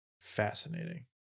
Fascinating